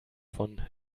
von